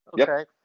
okay